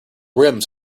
rims